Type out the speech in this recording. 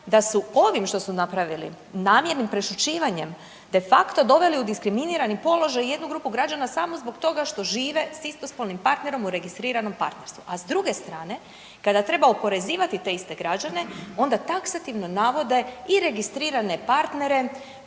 da su ovim što su napravili, namjernim prešućivanjem de facto doveli u diskriminirani položaj jednu grupu građana samo zbog toga što žive s istospolnim partnerom u registriranom partnerstvu. A s druge strane kada treba oporezivati te iste građane onda taksativno navode i registrirane partnere